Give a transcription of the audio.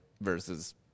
versus